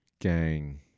Gang